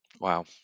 wow